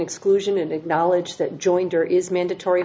exclusion and acknowledge that jointer is mandatory